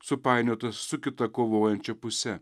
supainiotas su kita kovojančia puse